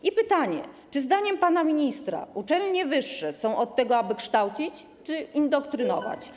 I pytanie: Czy zdaniem pana ministra uczelnie wyższe są od tego, aby kształcić, czy indoktrynować?